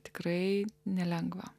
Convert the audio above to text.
tikrai nelengva